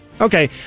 Okay